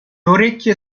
orecchie